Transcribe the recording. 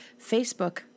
Facebook